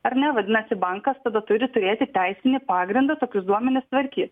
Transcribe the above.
ar ne vadinasi bankas tada turi turėti teisinį pagrindą tokius duomenis tvarkyt